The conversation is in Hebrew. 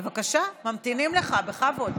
בבקשה, ממתינים לך, בכבוד.